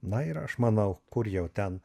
na ir aš manau kur jau ten